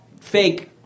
fake